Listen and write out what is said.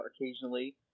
occasionally